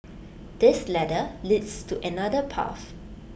this ladder leads to another path